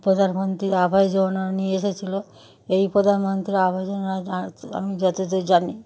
প্রধানমন্ত্রী আবাস যোজনা নিয়ে এসেছিল এই প্রধানমন্ত্রী আবাস যোজনা আমি যতদূর জানি